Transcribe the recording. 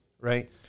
right